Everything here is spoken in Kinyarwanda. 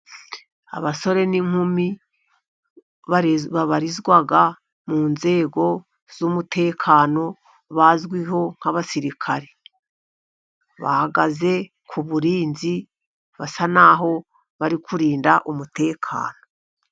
Abasore n'inkumi babarizwa mu nzego z'umutekano bazwiho nk'abasirikare, bahagaze ku burinzi basa naho bari kurinda umutekano.